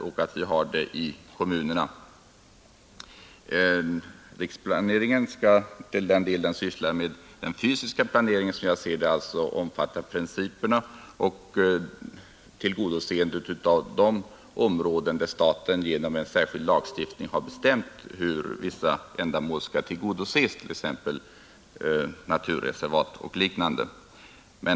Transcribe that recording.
Som jag ser saken skall riksplaneringen Nr 122 åtminstone till den del den sysslar med den fysiska planeringen omfatta Fredagen den principerna och tillgodoseendet av de områden, där staten genom en 5 november 1971 särskild lagstiftning har bestämt hur vissa ändamål skall tillgodoses, t.ex. naturreservat och liknande.